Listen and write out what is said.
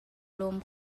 lawm